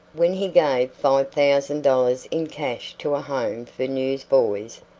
when he gave five thousand dollars in cash to a home for newsboys,